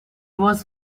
was